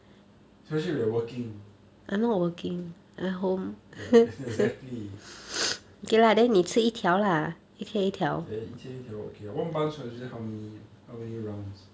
especially if you are working ya exactly ya 一 ti~ 一条 one bunch are usually how many how many rounds